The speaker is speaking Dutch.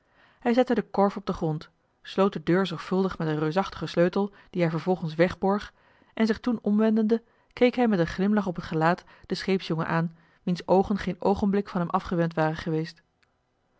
hij zette den korf op den grond sloot de deur zorgvuldig met een reusachtigen sleutel dien hij vervolgens wegborg en zich toen omwendende keek hij met een glimlach op het gelaat den scheepsjongen aan wiens oogen geen oogenblik van hem afgewend waren geweest